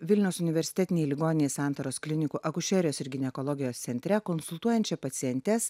vilniaus universitetinėj ligoninėj santaros klinikų akušerijos ir ginekologijos centre konsultuojančia pacientes